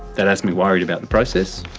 that has me worried about the process